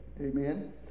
Amen